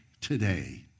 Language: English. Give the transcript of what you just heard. Today